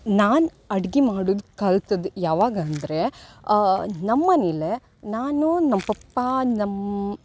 ನಾನು ಅಡಿಗೆ ಮಾಡದು ಕಲ್ತದ್ದು ಯಾವಾಗ ಅಂದರೆ ನಮ್ಮ ಮನೆಯ್ಲಲೇ ನಾನು ನಮ್ಮ ಪಪ್ಪ ನಮ್ಮ